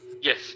Yes